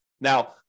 Now